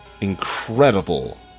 incredible